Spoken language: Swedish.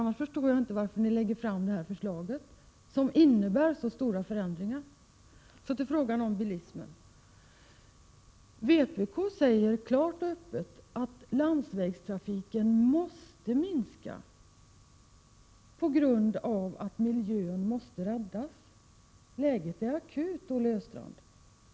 Annars förstår jag inte varför ni lägger fram ett förslag som innebär så stora förändringar. Så till frågan om bilismen. Vi i vpk säger klart och tydligt att landsvägstrafiken måste minska. Miljön måste ju räddas. Läget är akut, Olle Östrand.